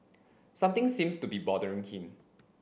something seems to be bothering him